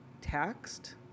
taxed